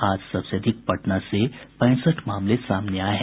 आज सबसे अधिक पटना से पैंसठ मामले सामने आये हैं